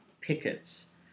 pickets